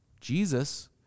Jesus